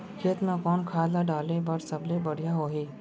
खेत म कोन खाद ला डाले बर सबले बढ़िया होही?